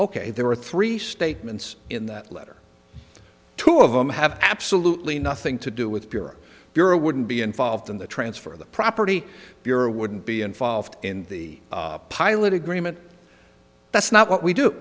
ok there are three statements in that letter two of them have absolutely nothing to do with pure euro wouldn't be involved in the transfer of the property you're a wouldn't be involved in the pilot agreement that's not what we do